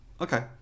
okay